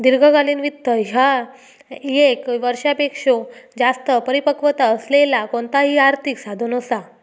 दीर्घकालीन वित्त ह्या ये क वर्षापेक्षो जास्त परिपक्वता असलेला कोणताही आर्थिक साधन असा